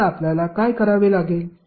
तर आपल्याला काय करावे लागेल